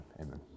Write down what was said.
amen